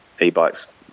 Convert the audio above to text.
E-bikes